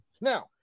Now